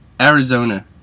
Arizona